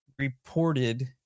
reported